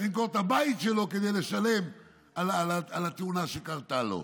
למכור את הבית שלו כדי לשלם על התאונה שקרתה לו.